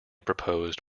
proposed